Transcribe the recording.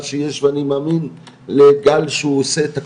שיש ואני מאמין לגל שהוא עושה את הכול,